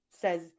Says